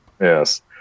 Yes